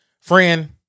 Friend